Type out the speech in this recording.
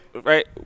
right